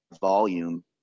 volume